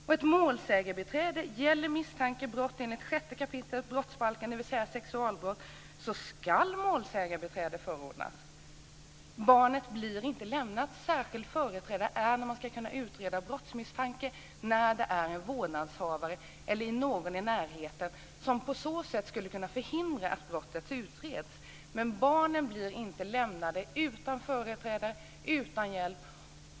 I fråga om målsägarbiträde gäller att vid misstanke om brott enligt 6 kap. brottsbalken, dvs. sexualbrott, ska målsägarbiträde förordnas. Barnet blir inte lämnat. Särskild företrädare blir det när man ska kunna utreda brottsmisstanke när en vårdnadshavare eller någon i närheten skulle kunna förhindra att brottet utreds. Barnen blir inte lämnade utan företrädare, utan hjälp.